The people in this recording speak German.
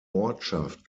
ortschaft